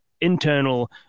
internal